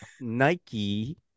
Nike